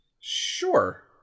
Sure